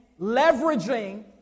leveraging